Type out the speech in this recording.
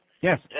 Yes